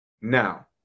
Now